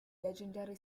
legendary